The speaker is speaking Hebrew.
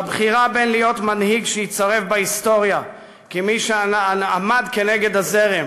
בבחירה בין להיות מנהיג שייצרב בהיסטוריה כמי שעמד נגד הזרם